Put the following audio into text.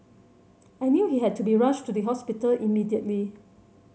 I knew he had to be rushed to the hospital immediately